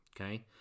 okay